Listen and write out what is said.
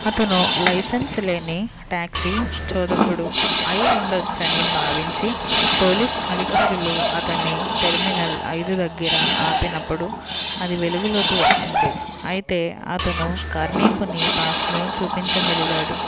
అతను లైసెన్సు లేని టాక్సీ చోదకుడు అయి ఉండవచ్చని భావించి పోలీసు అధికారులు అతన్ని టెర్మినల్ ఐదు దగ్గర ఆపినప్పుడు అది వెలుగులోకి వచ్చింది అయితే అతను కార్మికుని పాస్ను చూపించగలిగాడు